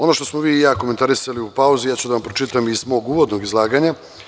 Ono što smo vi i ja komentarisali u pauzi, ja ću da vam pročitam iz mog uvodnog izlaganja.